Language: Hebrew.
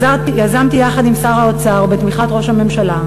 יזמתי יחד עם שר האוצר ובתמיכת ראש הממשלה,